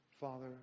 Father